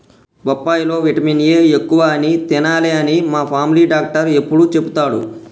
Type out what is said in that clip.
బొప్పాయి లో vitamin A ఎక్కువ అని తినాలే అని మా ఫామిలీ డాక్టర్ ఎప్పుడు చెపుతాడు